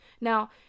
Now